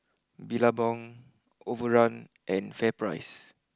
Billabong Overrun and Fair price